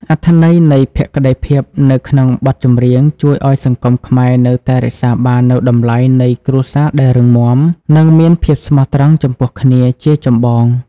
អត្ថន័យនៃ "ភក្តីភាព" នៅក្នុងបទចម្រៀង ជួយឱ្យសង្គមខ្មែរនៅតែរក្សាបាននូវតម្លៃនៃគ្រួសារដែលរឹងមាំ និងមានភាពស្មោះត្រង់ចំពោះគ្នាជាចម្បង។